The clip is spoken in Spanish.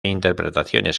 interpretaciones